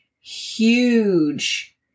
huge